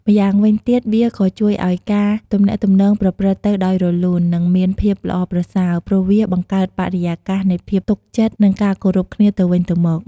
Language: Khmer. ម្យ៉ាងវិញទៀត វាក៏ជួយឲ្យការទំនាក់ទំនងប្រព្រឹត្តទៅដោយរលូន និងមានភាពល្អប្រសើរ ព្រោះវាបង្កើតបរិយាកាសនៃភាពទុកចិត្ត និងការគោរពគ្នាទៅវិញទៅមក។